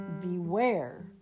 beware